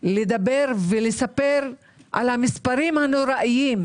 לדבר ולספר על המספרים הנוראיים.